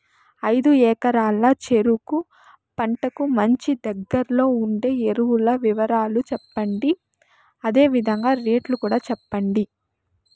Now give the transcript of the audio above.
ఐదు ఎకరాల చెరుకు పంటకు మంచి, దగ్గర్లో ఉండే ఎరువుల వివరాలు చెప్పండి? అదే విధంగా రేట్లు కూడా చెప్పండి?